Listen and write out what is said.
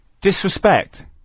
Disrespect